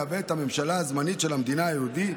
יהווה את הממשלה הזמנית של המדינה היהודית,